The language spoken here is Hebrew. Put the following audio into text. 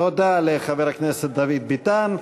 תודה לחבר הכנסת דוד ביטן.